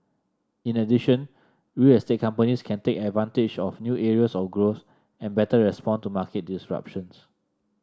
in addition real estate companies can take advantage of new areas of growth and better respond to market disruptions